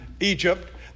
Egypt